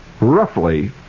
roughly